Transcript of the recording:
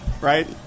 right